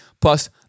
plus